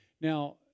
Now